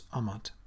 amat